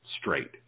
straight